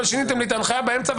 אבל שיניתם לי את ההנחיה באמצע,